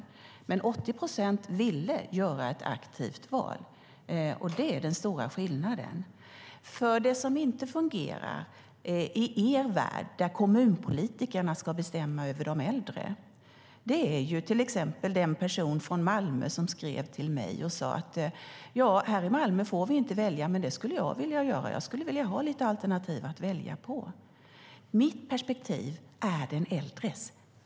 Det var dock 80 procent som ville göra ett aktivt val, och det är den stora skillnaden. Det som inte fungerar i er värld, där kommunpolitikerna ska bestämma över de äldre, visar sig till exempel genom den person från Malmö som skrev till mig och sade: Här i Malmö får vi inte välja, men det skulle jag vilja göra - jag skulle vilja ha lite alternativ att välja mellan. Mitt perspektiv är den äldres.